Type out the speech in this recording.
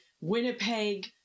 Winnipeg